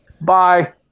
Bye